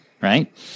right